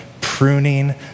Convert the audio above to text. pruning